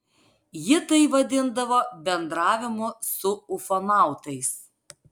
ji tai vadindavo bendravimu su ufonautais